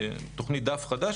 תוכנית "דף חדש",